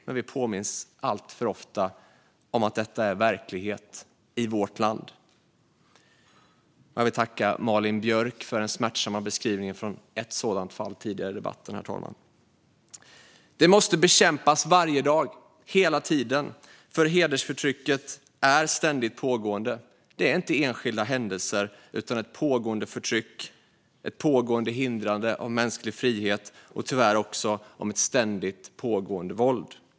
Men vi påminns alltför ofta om att det är verklighet i vårt land. Herr talman! Jag vill tacka Malin Björk för den smärtsamma beskrivningen tidigare i debatten av ett sådant fall. Detta måste bekämpas varje dag, hela tiden, för hedersförtrycket är ständigt pågående. Det är inte enskilda händelser utan ett pågående förtryck, ett hindrande av mänsklig frihet och, tyvärr, ett ständigt pågående våld.